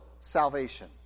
salvation